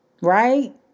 Right